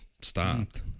stopped